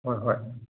ꯍꯣꯏ ꯍꯣꯏ